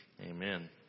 amen